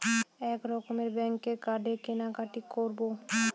এক রকমের ব্যাঙ্কের কার্ডে কেনাকাটি করব